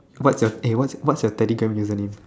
what's your eh what's your what's your telegram username